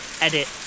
edit